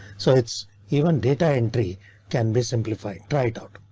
so it's even data entry can be simplified. try it